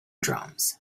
drums